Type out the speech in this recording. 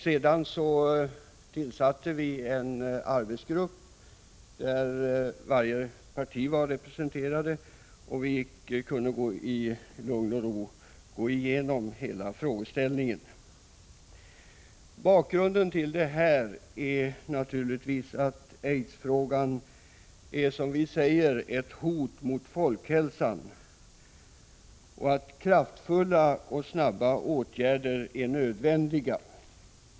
Vi tillsatte därefter en arbetsgrupp med representanter för samtliga partier, som i lugn och ro kunde gå igenom hela frågeställningen. Bakgrunden till detta är naturligtvis att spridningen av aids innebär, som vi säger, ett hot mot folkhälsan, varför kraftfulla och snabba åtgärder är nödvändiga.